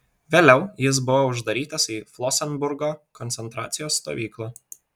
vėliau jis buvo uždarytas į flosenburgo koncentracijos stovyklą